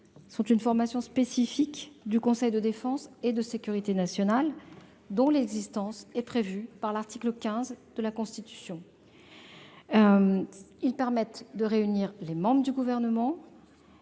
sont une formation spécifique du conseil de défense et de sécurité nationale, dont l'existence est prévue par l'article 15 de la Constitution. Ils permettent de réunir les membres du Gouvernement